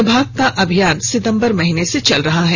विभाग का अभियान सितंबर माह से चल रहा है